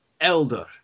Elder